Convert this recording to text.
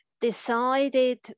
decided